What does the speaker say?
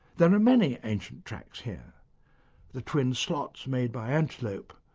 there are many ancient tracks here the twin slots made by antelope,